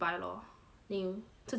then you 自己做那个 map